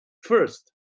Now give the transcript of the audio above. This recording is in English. First